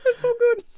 ah so good.